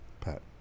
Pat